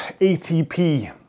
ATP